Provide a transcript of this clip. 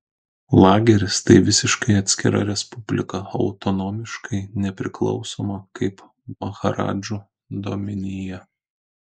lageris tai visiškai atskira respublika autonomiškai nepriklausoma kaip maharadžų dominija